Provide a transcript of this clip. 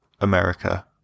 America